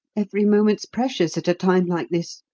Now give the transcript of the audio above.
every moment's precious at a time like this.